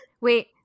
Wait